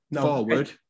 forward